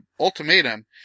Ultimatum